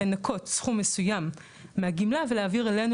לנקות סכום מסוים מהגמלה ולהעביר אלינו,